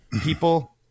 people